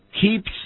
keeps